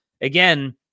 Again